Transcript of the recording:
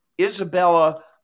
isabella